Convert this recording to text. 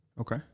Okay